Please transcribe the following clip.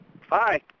Hi